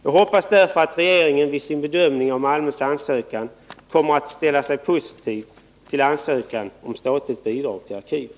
Jag hoppas därför att regeringen vid sin bedömning av Malmö kommuns ansökan kommer att ställa sig positiv till ett statligt bidrag till arkivet.